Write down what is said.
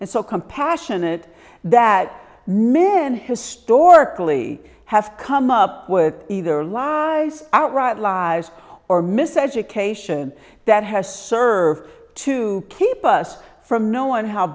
and so compassionate that men historically have come up with either laws outright lies or miseducation that has served to keep us from no one how